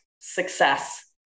success